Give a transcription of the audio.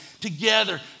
together